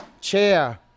chair